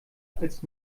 als